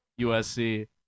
USC